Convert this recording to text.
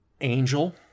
Angel